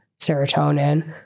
serotonin